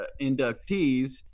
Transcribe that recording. inductees